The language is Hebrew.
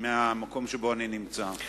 מהמקום שבו אני נמצא.